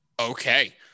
Okay